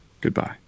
Goodbye